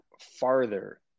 farther